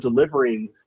delivering